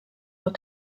were